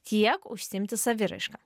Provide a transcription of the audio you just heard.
tiek užsiimti saviraiška